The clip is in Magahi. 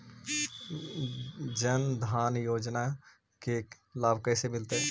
जन धान योजना के लाभ कैसे मिलतै?